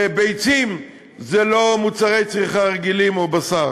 וביצים זה לא מוצרי צריכה רגילים או בשר.